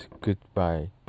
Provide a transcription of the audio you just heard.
goodbye